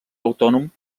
autònom